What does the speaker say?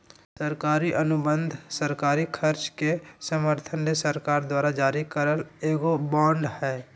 सरकारी अनुबंध सरकारी खर्च के समर्थन ले सरकार द्वारा जारी करल एगो बांड हय